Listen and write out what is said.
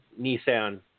Nissan